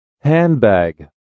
Handbag